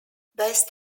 west